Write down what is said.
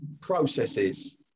processes